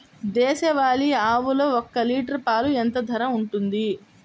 దేశవాలి ఆవులు ఒక్క లీటర్ పాలు ఎంత ధర ఉంటుంది?